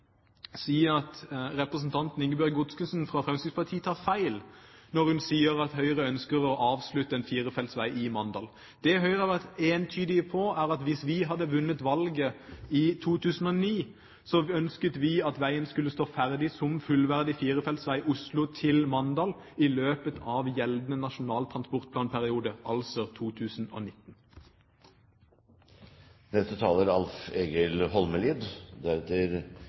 si at representanten Ingebjørg Godskesen fra Fremskrittspartiet tar feil når hun sier at Høyre ønsker å avslutte en firefeltsvei i Mandal. Det Høyre har vært entydig på, er at hvis vi hadde vunnet valget i 2009, hadde vi ønsket at veien skulle stå ferdig som fullverdig firefeltsvei fra Oslo til Mandal i løpet av gjeldende nasjonal transportplanperiode, altså